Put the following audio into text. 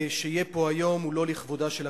שיהיה פה היום, הוא לא לכבודה של הכנסת,